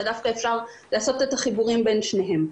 דווקא אפשר לעשות את החיבורים בין שניהם.